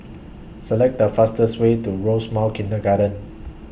Select The fastest Way to Rosemount Kindergarten